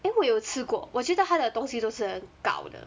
eh 我有吃过我觉得它的东西都是很 gao 的